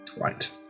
Right